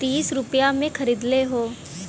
तीस रुपइया मे खरीदले हौ